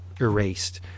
erased